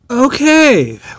okay